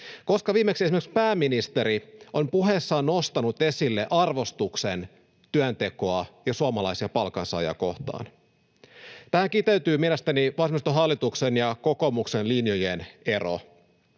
Koska viimeksi esimerkiksi pääministeri on puheessaan nostanut esille arvostuksen työntekoa ja suomalaisia palkansaajia kohtaan? Tähän kiteytyy mielestäni vasemmistohallituksen ja kokoomuksen linjojen ero.